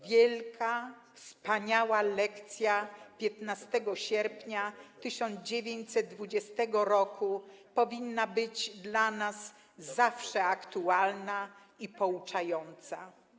Wielka, wspaniała lekcja 15 sierpnia 1920 roku powinna być dla nas zawsze aktualna i pouczająca'